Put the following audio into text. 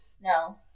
No